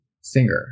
singer